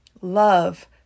love